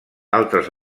altres